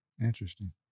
Interesting